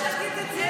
אפשר להגיד את זה?